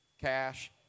Cash